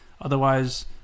Otherwise